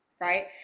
right